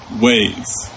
ways